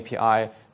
API